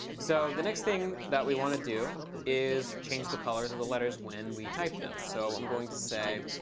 so the next thing that we want to do is change the colors of the letters when we type them. so i'm going to say,